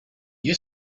you